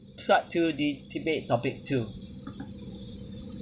part two de~ debate topic two